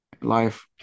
Life